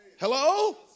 Hello